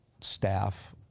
staff